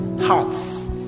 hearts